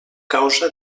causa